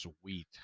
sweet